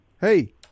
Hey